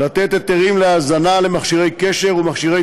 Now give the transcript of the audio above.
לתת היתרים להאזנה למכשירי קשר ומכשירי